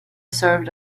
served